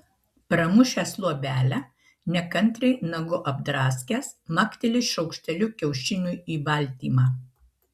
pramušęs luobelę nekantriai nagu apdraskęs makteli šaukšteliu kiaušiniui į baltymą